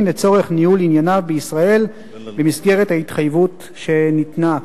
לצורך ניהול ענייניו בישראל במסגרת ההתחייבות שניתנה.